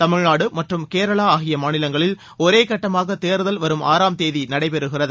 தமிழ்நாடு மற்றும் கேரளா ஆகிய மாநிலங்களில் ஒரே கட்டமாக தேர்தல் வரும் ஆறாம் தேதி நடைபெறுகிறது